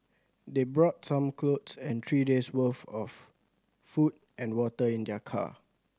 they brought some clothes and three days' worth of food and water in their car